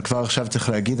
אבל כבר עכשיו צריך להגיד,